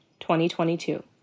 2022